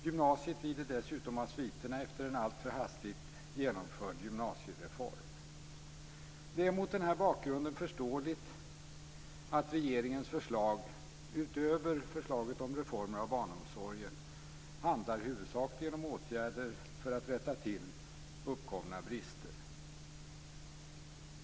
Gymnasiet lider dessutom av sviterna efter en alltför hastigt genomförd gymnasiereform. Det är mot denna bakgrund förståeligt att regeringens förslag utöver förslaget om reformer av barnomsorgen huvudsakligen handlar om åtgärder för att rätta till uppkomna brister.